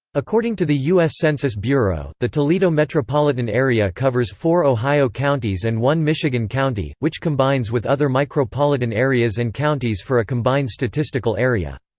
according to the us census bureau, the toledo metropolitan area covers four ohio counties and one michigan county, which combines with other micropolitan areas and counties for a combined statistical area.